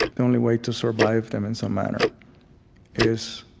the only way to survive them in some manner is